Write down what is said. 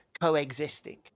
coexisting